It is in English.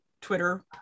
Twitter